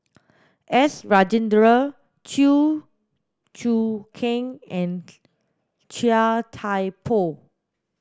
S Rajendran Chew Choo Keng and Chia Thye Poh